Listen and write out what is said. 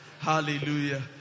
Hallelujah